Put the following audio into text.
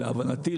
להבנתי,